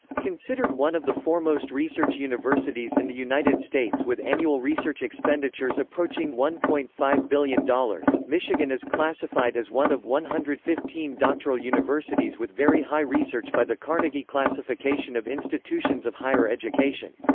considered one of the foremost research universities in the united states with annual research expenditures approaching one point five billion dollars, michigan is classified as one of one hundred and fifteen doctoral universities with very high research by the carnegie classification of institutions of higher education.